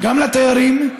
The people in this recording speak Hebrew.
גם לתיירים,